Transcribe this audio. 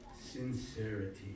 sincerity